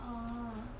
orh